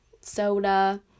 soda